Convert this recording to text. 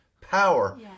power